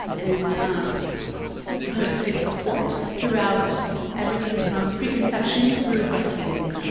and sisterhood-type support throughout everything from pre-conception through breastfeeding,